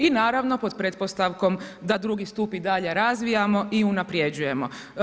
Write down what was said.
I naravno pod pretpostavkom da drugi stup i dalje razvijamo i unapređujemo.